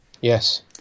Yes